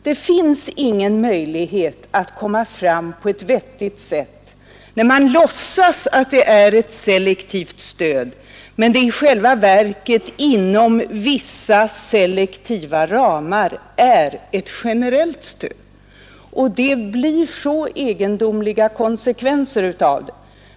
Det finns inga möjligheter att komma fram på ett vettigt sätt, när man låtsas att det är ett selektivt stöd, medan det i själva verket inom vissa selektiva ramar är ett generellt stöd. Det blir så egendomliga konsekvenser av det.